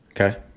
Okay